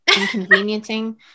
inconveniencing